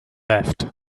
left